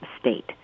state